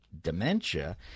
dementia